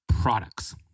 products